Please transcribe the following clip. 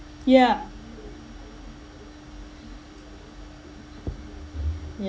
yeah